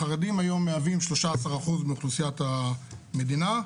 החרדים היום מהווים 13% מאוכלוסיית המדינה.